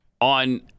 on